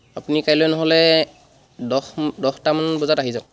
আপুনি কাইলৈ নহ'লে দহমান দহটামান বজাত আহি যাওক